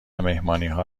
مهمانیها